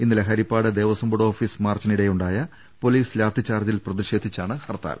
ഇന്നലെ Harippad Devaswom board office മാർച്ചിനിടെയുണ്ടായ police ലാത്തിച്ചാർജിൽ പ്രതിഷേധിച്ചാണ് ഹർത്താൽ